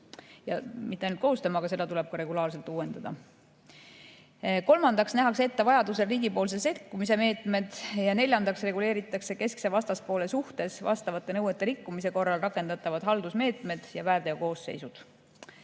ja mitte ainult koostama, vaid seda tuleb ka regulaarselt uuendada. Kolmandaks nähakse ette vajadusel riigipoolse sekkumise meetmed ja neljandaks reguleeritakse keskse vastaspoole suhtes vastavate nõuete rikkumise korral rakendatavad haldusmeetmed ja väärteokoosseisud. Kokkuvõttes